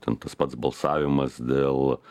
ten tas pats balsavimas dėl